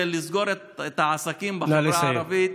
לסגור את העסקים בחברה הערבית,